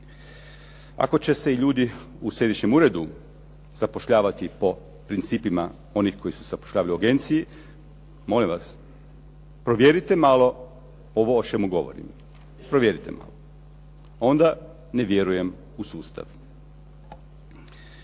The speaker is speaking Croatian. Ako će se ljudi u središnjem uredu zapošljavati po principima onih koji se zapošljavaju u agenciji, molim vas provjerite malo ovo o čemu govorim, provjerite malo. Onda ne vjerujem u sustav.